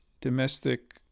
domestic